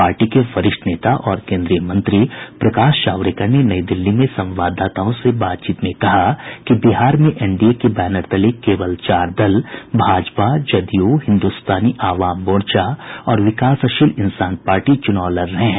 party के वरिष्ठ नेता और केन्द्रीय मंत्री प्रकाश जावड़ेकर ने नई दिल्ली में संवाददाताओं से बातचीत में कहा कि बिहार में एनडीए के बैनर तले केवल चार दल भाजपा जदयू हिन्दुस्तानी अवाम मोर्चा और विकासशील इंसान पार्टी चुनाव लड़ रहे हैं